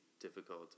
difficult